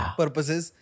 purposes